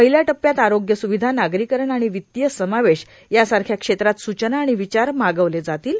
पहिल्या टप्प्यात आरोग्य स्विधा नागरीकरण आणि वित्तीय समावेश यासारख्या क्षेत्रात सूचना आणि विचार मागवले जातील